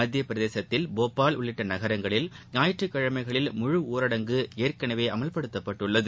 மத்திய பிரதேசத்தில் போபால் உள்ளிட்ட நகரங்களில் ஞாயிற்றக்கிழமைகளில் முழு ஊரடங்கு ஏற்கனவே அமல்படுத்தப்பட்டுள்ளது